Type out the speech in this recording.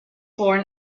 born